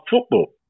football